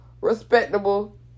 Respectable